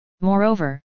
Moreover